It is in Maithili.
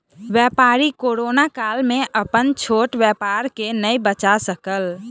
व्यापारी कोरोना काल में अपन छोट व्यापार के नै बचा सकल